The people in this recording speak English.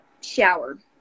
shower